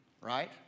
Right